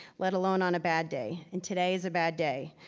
let alone on a bad day. and today's a bad day.